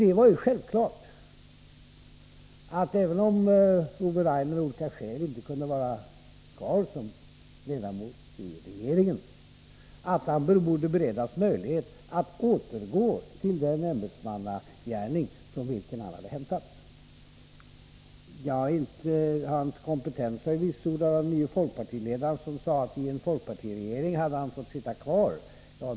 Det var självklart att även om Ove Rainer av olika skäl inte kunde vara kvar som ledamot av regeringen borde han beredas möjlighet att återgå till den ämbetsmannagärning från vilken han hade hämtats. Hans kompetens har vitsordats av den nya folkpartiledaren, som sade att i en folkpartiregering hade han fått sitta kvar.